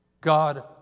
God